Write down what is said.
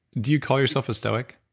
do you call yourself a stoic?